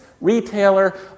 retailer